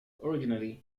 originally